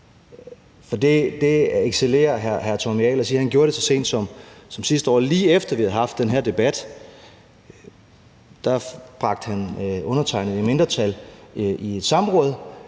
op. Det excellerer hr. Tommy Ahlers i. Han gjorde det så sent som sidste år. Lige efter at vi havde haft den her debat, bragte han undertegnede i mindretal i et samråd,